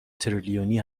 تریلیونی